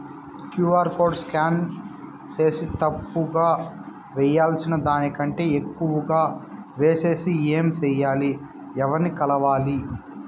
QR code scan సేసి తప్పు గా వేయాల్సిన దానికంటే ఎక్కువగా వేసెస్తే ఏమి సెయ్యాలి? ఎవర్ని కలవాలి?